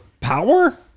power